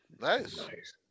Nice